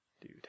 Dude